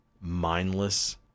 mindless